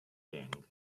thing